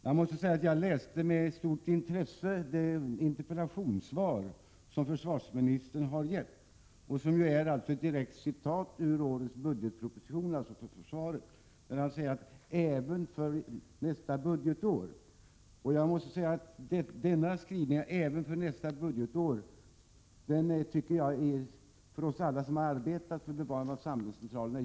Jag måste säga att jag med stort intresse läste det interpellationssvar som försvarsministern har givit och som utgörs av ett direkt citat ur årets budgetproposition för försvaret, där det sägs att medel beräknats för ”även detta budgetår”. Denna skrivning tycker jag är djupt oroande för oss alla som arbetat för ett bevarande av sambandscentralen.